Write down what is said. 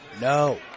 No